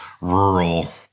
rural